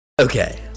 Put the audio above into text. okay